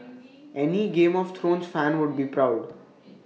any game of thrones fan would be proud